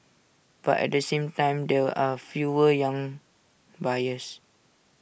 but at the same time there are fewer young buyers